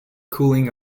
cooling